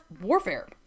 warfare